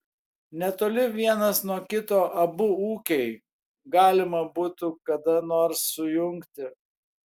netoli vienas nuo kito abu ūkiai galima būtų kada nors sujungti